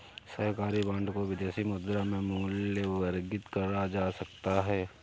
सरकारी बॉन्ड को विदेशी मुद्रा में मूल्यवर्गित करा जा सकता है